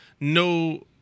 no